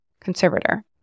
conservator